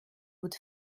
would